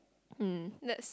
um lets